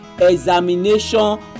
examination